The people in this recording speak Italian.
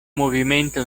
movimento